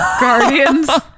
Guardians